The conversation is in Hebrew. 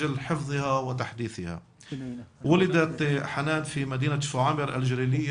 חנאן נולדה בעיר שפרעם שבגליל,